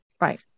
Right